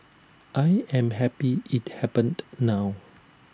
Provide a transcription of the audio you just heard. I am happy IT happened now